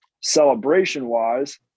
Celebration-wise